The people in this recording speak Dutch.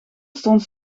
stond